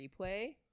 replay